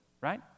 right